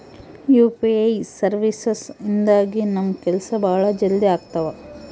UPI services ಇಂದಾಗಿ ನಮ್ ಕೆಲ್ಸ ಭಾಳ ಜಲ್ದಿ ಅಗ್ತವ